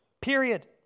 period